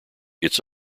its